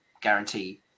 guarantee